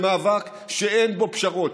מאבק שאין בו פשרות.